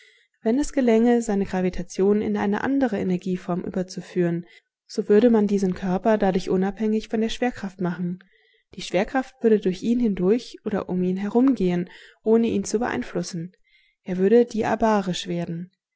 wenn es gelänge seine gravitation in eine andere energieform überzuführen so würde man diesen körper dadurch unabhängig von der schwerkraft machen die schwerkraft würde durch ihn hindurch oder um ihn herumgehen ohne ihn zu beeinflussen er würde diabarisch werden